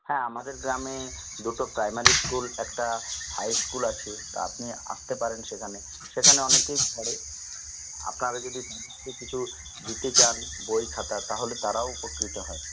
হ্যাঁ আমাদের গ্রামে দুটো প্রাইমারি স্কুল একটা হাই স্কুল আছে তা আপনি আসতে পারেন সেখানে সেখানে অনেকেই পড়ে আর তারা যদি কিছু দিতে চান বই খাতা তাহলে তারাও উপকৃত হয়